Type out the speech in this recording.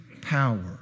power